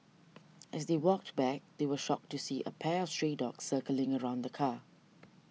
as they walked back they were shocked to see a pack of stray dogs circling around the car